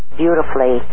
beautifully